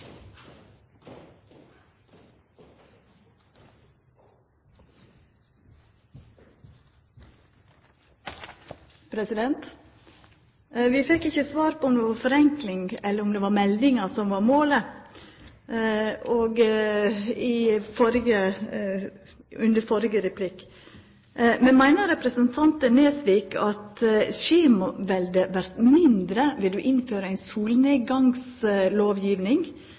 på. Vi fekk under førre replikken ikkje svar på om det var forenkling, eller om det var meldinga som var målet. Men meiner representanten Nesvik at skjemaveldet vert mindre ved